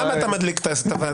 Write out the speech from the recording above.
למה אתה מדליק את הוועדה?